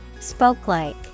Spoke-like